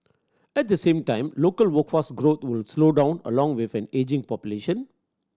at the same time local workforce growth would slow down along with an ageing population